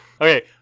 Okay